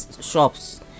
shops